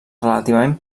relativament